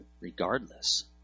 regardless